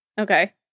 Okay